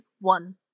one